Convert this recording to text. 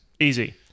easy